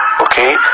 okay